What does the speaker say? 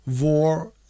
war